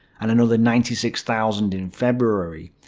and another ninety six thousand in february.